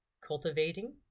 cultivating